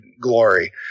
glory